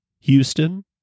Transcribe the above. Houston